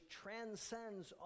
transcends